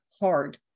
hard